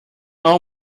all